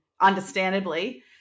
understandably